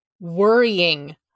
worrying